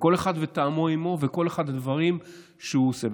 וכל אחד וטעמו עימו וכל אחד והדברים שהוא עושה.